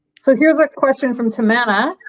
so here's a question from tamanna.